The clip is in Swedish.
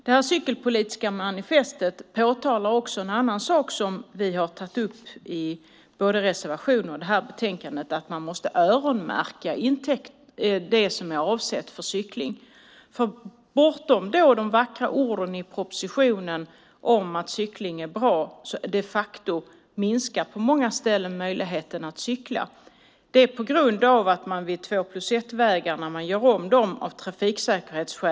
Det cykelpolitiska manifestet påtalar en annan sak som vi har tagit upp i reservationen och i betänkandet, nämligen att man måste öronmärka det som är avsett för cykling. Bortom de vackra orden i propositionen om att cykling är bra minskar på många ställen möjligheten att cykla på grund av att man gör om två-plus-ett-vägarna av trafiksäkerhetsskäl.